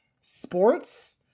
Sports